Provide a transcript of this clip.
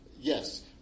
Yes